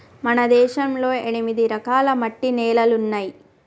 మన దేశంలో ఎనిమిది రకాల మట్టి నేలలున్నాయి